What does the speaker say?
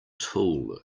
tool